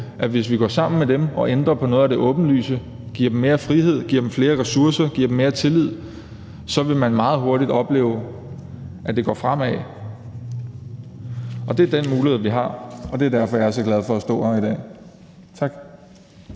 at hvis vi går sammen med dem og ændrer på noget af det åbenlyse – giver dem mere frihed, giver dem flere ressourcer, viser dem mere tillid – vil man meget hurtigt opleve, at det går fremad. Det er den mulighed, vi har, og det er derfor, jeg er så glad for at stå her i dag. Tak.